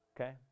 Okay